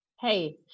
Hey